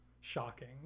shocking